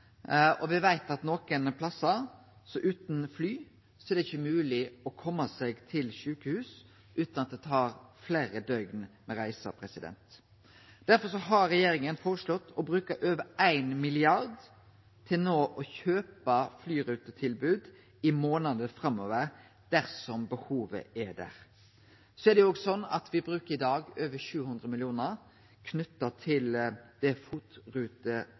veit at nokre plassar er det utan fly ikkje mogeleg å kome seg til sjukehus utan at det tar fleire døgn på reise. Derfor har regjeringa føreslått å bruke over 1 mrd. kr for å kjøpe flyrutetilbod i månadene framover dersom behovet er der. Me bruker i dag over 700 mill. kr knytt til det FOT-rutetilbodet me har i dag,